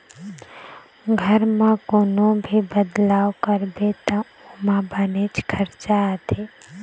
घर म कोनो भी बदलाव करबे त ओमा बनेच खरचा आथे